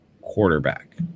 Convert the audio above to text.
quarterback